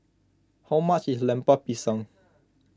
how much is Lemper Pisang